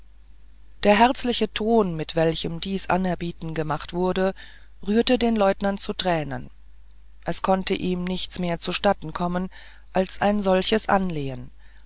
der herzliche ton mit welchem dies anerbieten gemacht wurde rührte den leutnant zu tränen es konnte ihm nichts mehr zustatten kommen als ein solches anlehen